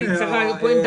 היא לא קמה מהמיטה,